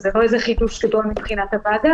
אז זה לא איזה חידוש גדול מבחינת הוועדה.